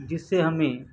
جس سے ہمیں